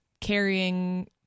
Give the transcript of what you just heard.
carrying